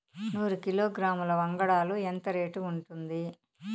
నూరు కిలోగ్రాముల వంగడాలు ఎంత రేటు ఉంటుంది?